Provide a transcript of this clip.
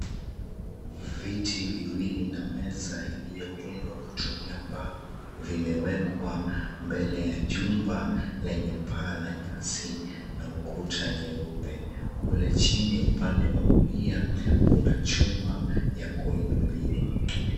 Viti viwili na meza ilioundwa kutumia mbao vimewekwa mbele ya jumba lenye paa la nyasi na ukuta nyeupe kule chini upande wa kulia kuna chuma ya kuinuliwa.